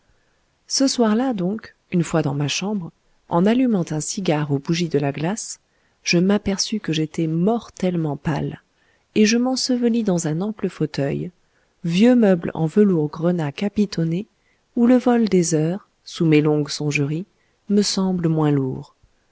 ce soir-là donc une fois dans ma chambre en allumant un cigare aux bougies de la glace je m'aperçus que j'étais mortellement pâle et je m'ensevelis dans un ample fauteuil vieux meuble en velours grenat capitonné où le vol des heures sous mes longues songeries me semble moins lourd